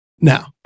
Now